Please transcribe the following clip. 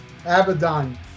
Abaddon